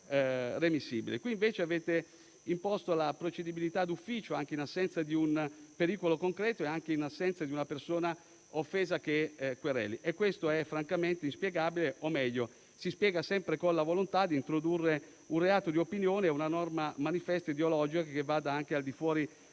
Invece avete imposto la procedibilità d'ufficio, anche in assenza di un pericolo concreto e di una persona offesa che quereli. Questo è francamente inspiegabile, o meglio si spiega sempre con la volontà di introdurre un reato di opinione, una norma manifesto ideologica che vada anche al di fuori dei principi